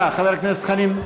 אתה, חבר הכנסת חנין.